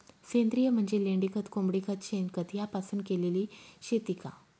सेंद्रिय म्हणजे लेंडीखत, कोंबडीखत, शेणखत यापासून केलेली शेती का?